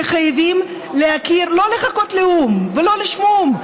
שחייבים להכיר, לא לחכות לאו"ם ולא לשמום.